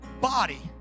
body